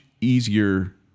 easier